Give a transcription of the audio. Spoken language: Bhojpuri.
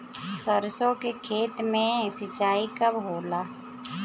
सरसों के खेत मे सिंचाई कब होला?